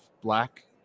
black